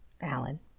Alan